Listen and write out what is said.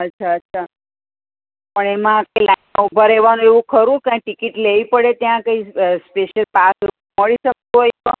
અચ્છા અચ્છા પણ એમાં તે લાઇનમાં ઊભા રહેવાનું એવું ખરું કાંઇ ટિકિટ લેવી પડે ત્યાં કઈ સ્પેશિયલ પાસ મળી શકતો હોય તો